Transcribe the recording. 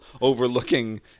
overlooking